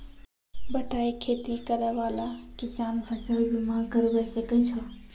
बटाई खेती करै वाला किसान फ़सल बीमा करबै सकै छौ?